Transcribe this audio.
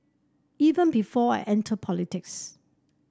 even before I entered politics